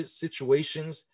situations